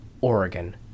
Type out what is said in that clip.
Oregon